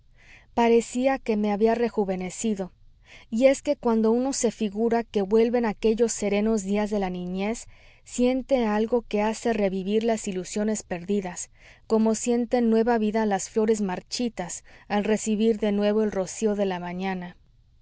parecía que me había rejuvenecido y es que cuando uno se figura que vuelven aquellos serenos días de la niñez siente algo que hace revivir las ilusiones perdidas como sienten nueva vida las flores marchitas al recibir de nuevo el rocío de la mañana